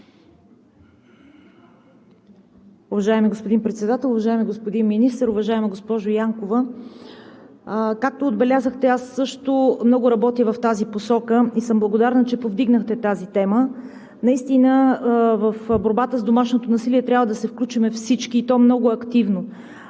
Уважаеми господин Председател, уважаеми господин Министър! Уважаеми госпожо Янкова, както отбелязахте, аз също много работя в тази посока и съм благодарна, че повдигнахте тази тема. Наистина в борбата с домашното насилие трябва да се включим всички, и то много активно.